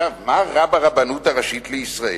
מה רע ברבנות הראשית לישראל?